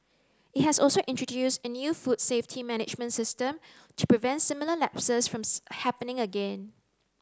it has also introduced a new food safety management system to prevent similar lapses from happening again